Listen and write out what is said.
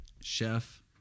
chef